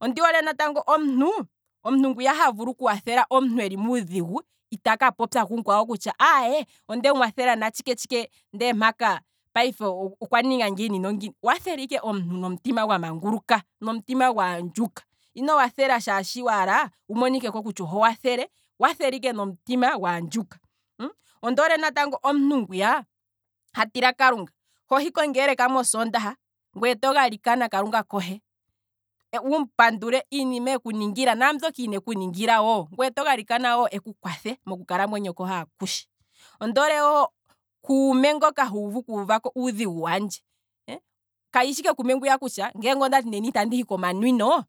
ondi hole natango omuntu, omuntu ngwiya ha vulu kukwathela omuntu eli muudhigu, itaka popya kumukwawo kutya aye, ondemu kwathela natshike tshike ndee mpaka. payife okwa ninga ngiini nongiini, kwathela ike omuntu nomutima gwamanguluka, nomutima gwaandjuka, ino kwathela shaashi waala wu monikeko kutya oho kwathele, kwathela ike nomutima gwaandjuka, ondi hole natango omuntu ngwiya ha tila kalunga, hohi kongeleka mosoondaha, ngweye to galikana kalunga kohe, wumu pandule iinima ekuningila, naambyoka ineku ningila wo, ngweye to galikana wo eku kwathe mokukalamwenyo kohe akushe, ondoole wo kuume ngoka ha vulu kuuvakouudhigu wandje, kashishi ike kuume ngwiya kutya nge ondati nena itehi komanwino